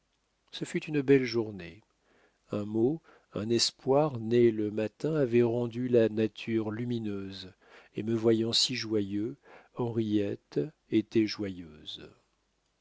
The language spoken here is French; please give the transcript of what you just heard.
ce fut une belle journée un mot un espoir né le matin avait rendu la nature lumineuse et me voyant si joyeux henriette était joyeuse